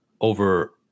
over